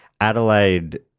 Adelaide